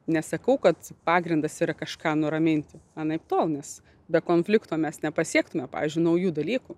nesakau kad pagrindas yra kažką nuraminti anaiptol nes be konflikto mes nepasiektume pavyzdžiui naujų dalykų